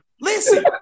Listen